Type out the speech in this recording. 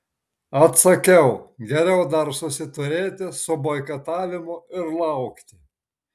atsakiau geriau dar susiturėti su boikotavimu ir laukti